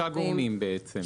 שלושה גורמים בעצם.